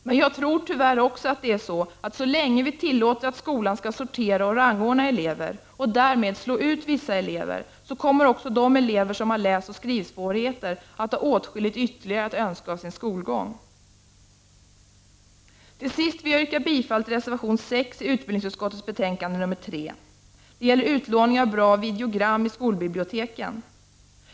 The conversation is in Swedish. Men jag tror tyvärr också, att så länge vi tillåter att skolan skall sortera och rangordna elever, och därmed slå ut vissa elever, kommer också de elever som har läsoch skrivsvårigheter att ha åtskilligt ytterligare att önska av sin skolgång. Till sist vill jag yrka bifall till reservation 6 till utbildningsutskottets betänkande nr 3. Det gäller utlåning av bra videogram i skolbiblioteken.